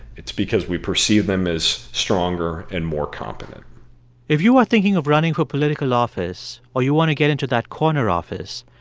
it's because we perceive them as stronger and more competent if you are thinking of running for political office or you want to get into that corner office,